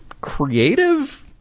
creative